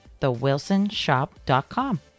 thewilsonshop.com